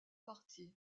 parties